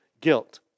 guilt